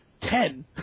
ten